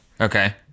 Okay